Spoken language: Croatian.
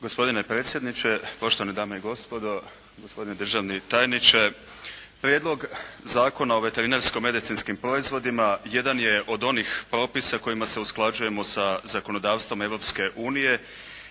gospodine predsjedniče, poštovane dame i gospodo, gospodine državni tajniče. Prijedlog zakona o veterinarsko-medicinskim proizvodima jedan je od onih propisa kojima se usklađujemo sa zakonodavstvom Europske unije